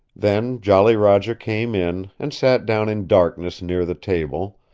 then jolly roger came in, and sat down in darkness near the table,